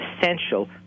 essential